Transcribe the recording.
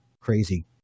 crazy